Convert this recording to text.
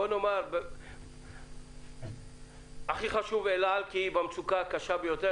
בואו נאמר הכי חשוב אל על כי היא מצוקה הקשה ביותר,